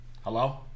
Hello